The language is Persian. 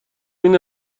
این